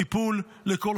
טיפול לכל